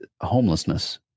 Homelessness